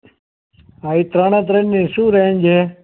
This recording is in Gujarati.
હા એ ત્રણે ત્રણની શું રેન્જ છે